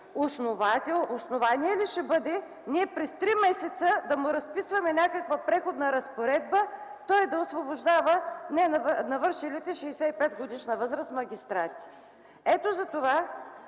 основание ли ще бъде ние през три месеца да му разписваме някаква преходна разпоредба той да освобождава навършилите 65-годишна възраст магистрати? Ето затова